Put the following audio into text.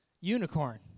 unicorn